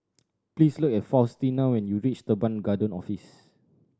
please look at Faustino when you reach Teban Garden Office